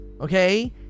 okay